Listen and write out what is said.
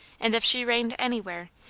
and if she reigned anywhere,